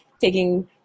taking